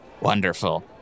Wonderful